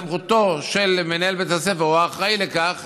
בסמכותו של מנהל בית הספר או האחראי לכך